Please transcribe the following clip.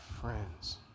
friends